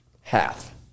half